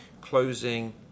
closing